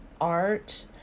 art